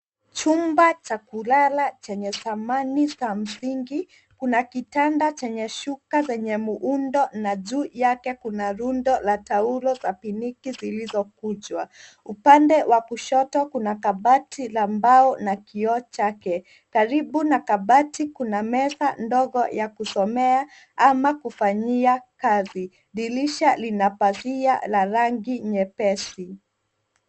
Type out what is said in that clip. Chumba cha kulala chenye samani za msingi, kuna kitanda chenye shuka zenye muundo na juu yake kuna rundo la taulo za pink zilizokunjwa. Upande wa kushoto kuna kabati la mbao na kioo chake karibu na kabati kuna meza ndogo ya kusomea ama kufanyia kazi. Dirisha lina pazia la rangi nyepesi.